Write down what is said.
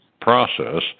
process